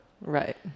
right